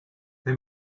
they